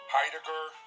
Heidegger